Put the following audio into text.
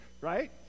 right